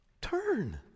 Turn